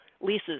leases